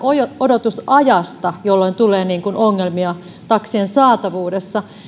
odotusajasta jolloin tulee ongelmia taksien saatavuudessa